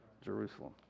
Jerusalem